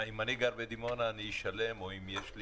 אם אני גר בדימונה אני אשלם יותר?